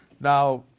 Now